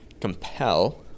compel